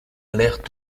alerte